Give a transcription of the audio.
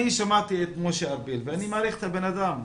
אני שמעתי את משה ארבל ואני מעריך את הבן אדם.